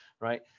right